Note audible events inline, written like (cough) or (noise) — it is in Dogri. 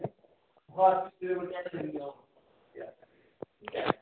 (unintelligible)